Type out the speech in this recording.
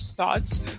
thoughts